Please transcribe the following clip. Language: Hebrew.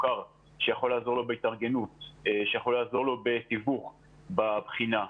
מוכר שיכול לעזור לו בהתארגנות ובתיווך של הבחינה.